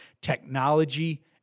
technology